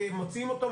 מוציאים אותו,